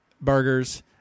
burgers